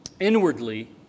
inwardly